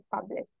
published